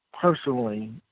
personally